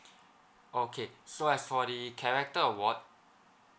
okay so as for the character award